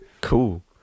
cool